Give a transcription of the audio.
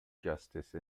justice